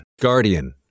Guardian